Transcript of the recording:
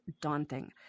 daunting